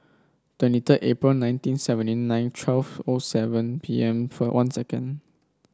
twenty three April nineteen seventy nine twelve O seven P M one second